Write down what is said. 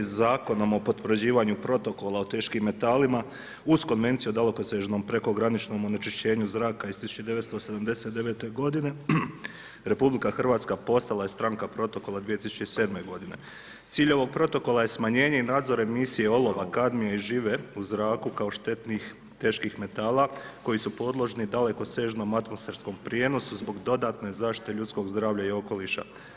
Zakonom o potvrđivanju, protokola o teškim metalima uz Konvenciju o dalekosežnom prekograničnom onečišćenju zraka iz 1979. godine, RH je postala stranka protokola 2007. g. Cilj ovog protokola je smanjenje i nadzor emisije olova, kadmije i žive u zraku kao štetnih teških metala, koji su podložni dalekosežnom atmosferskom prijenosu zbog dodatne zaštite ljudskog zdravlja i okoliša.